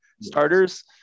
starters